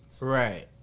Right